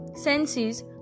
senses